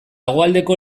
hegoaldeko